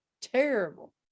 Terrible